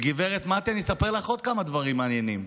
וגב' מטי, אני אספר לך עוד כמה דברים מעניינים.